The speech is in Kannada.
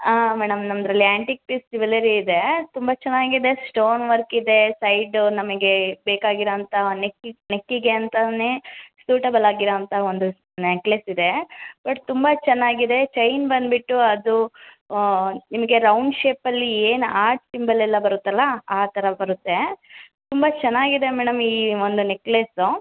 ಹಾಂ ಮೇಡಮ್ ನಮ್ಮದರಲ್ಲಿ ಆ್ಯಂಟಿಕ್ ಪೀಸ್ ಜ್ಯುವೆಲರಿ ಇದೇ ತುಂಬ ಚೆನ್ನಾಗಿದೆ ಸ್ಟೋನ್ ವರ್ಕ್ ಇದೆ ಸೈಡು ನಮಗೆ ಬೇಕಾಗಿರುವಂಥ ನೆಕ್ ಪೀಸ್ ನೆಕ್ಕಿಗೆ ಅಂತಾನೆ ಸೂಟಬಲ್ ಆಗಿರುವಂಥ ಒಂದು ನೆಕ್ಲೇಸ್ ಇದೆ ಬಟ್ ತುಂಬ ಚೆನ್ನಾಗಿದೆ ಚೈನ್ ಬಂದುಬಿಟ್ಟು ಅದು ನಿಮಗೆ ರೌಂಡ್ ಶೇಪಲ್ಲಿ ಏನು ಆರ್ಟ್ ಸಿಂಬಲೆಲ್ಲ ಬರುತ್ತಲ್ಲ ಆ ಥರ ಬರುತ್ತೆ ತುಂಬ ಚೆನ್ನಾಗಿದೆ ಮೇಡಮ್ ಈ ಒಂದು ನೆಕ್ಲೇಸು